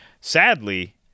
Sadly